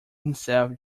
himself